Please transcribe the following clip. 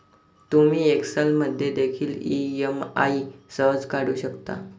तुम्ही एक्सेल मध्ये देखील ई.एम.आई सहज काढू शकता